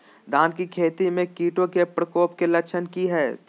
धान की खेती में कीटों के प्रकोप के लक्षण कि हैय?